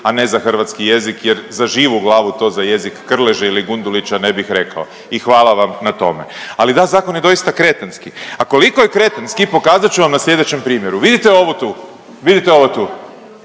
a ne za hrvatski jezik jer za živu glavu to za jezik Krleže ili Gundulića ne bih rekao i hvala vam na tome. Ali da, zakon je doista kretenski, a koliko je kretenski pokazat ću vam na sljedeće primjeru, vidite ovo tu, vidite ovo tu